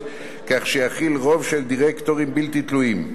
כך שיכיל רוב של דירקטורים בלתי תלויים,